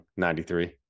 93